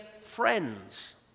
friends